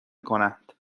کنند